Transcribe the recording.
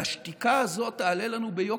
והשתיקה הזאת תעלה לנו ביוקר.